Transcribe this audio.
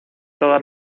todas